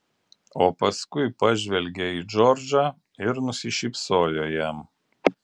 o paskui pažvelgė į džordžą ir nusišypsojo jam